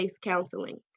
counseling